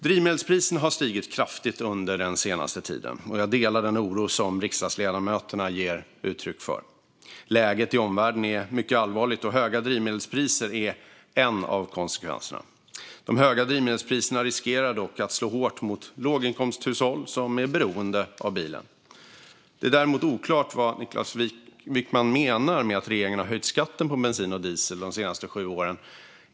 Drivmedelspriserna har stigit kraftigt under den senaste tiden. Jag delar den oro som riksdagsledamöterna ger uttryck för. Läget i omvärlden är mycket allvarligt, och höga drivmedelspriser är en av konsekvenserna. De höga drivmedelspriserna riskerar att slå hårt mot låginkomsthushåll som är beroende av bilen. Det är däremot oklart vad Niklas Wykman menar med att regeringen har höjt skatten på bensin och diesel de senaste sju åren.